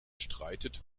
streitet